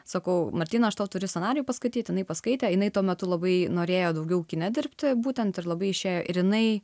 sakau martyna aš tau turi scenarijų paskaityt jinai paskaitė jinai tuo metu labai norėjo daugiau kine dirbti būtent ir labai išėjo ir jinai